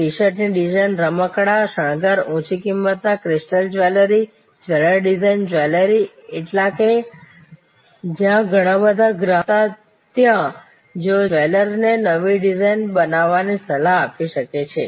T શર્ટની design રમકડાં અને શણગાર ઊંચી કિંમતના crystal jewellery jewellery design jewellers એકલા કે જ્યાં બધા નવા ગ્રાહકો તદ્દન કલાત્મક હતા ત્યાં તેઓ જ્વેલરને નવી ડિઝાઇન બનાવવાની સલાહ આપે છે